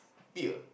pier